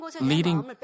leading